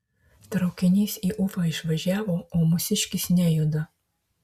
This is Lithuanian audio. traukinys į ufą išvažiavo o mūsiškis nejuda